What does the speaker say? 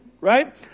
right